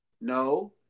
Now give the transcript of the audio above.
No